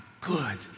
good